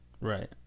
Right